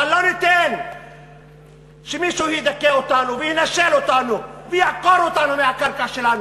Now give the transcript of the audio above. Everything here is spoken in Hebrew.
אבל לא ניתן שמישהו ידכא אותנו וינשל אותנו ויעקור אותנו מהקרקע שלנו.